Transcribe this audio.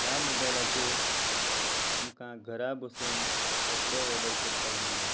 ह्या मोबायलाचेर आमकां घरा बसून कपडे ऑर्डर करपाक मेळटा